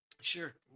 Sure